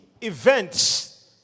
events